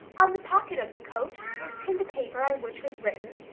on the pocket of the coat was pinned a paper on which was written,